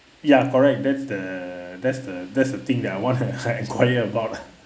ya correct that's the that's the that's the thing that I want to enquire about